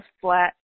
flat